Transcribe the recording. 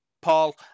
Paul